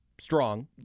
strong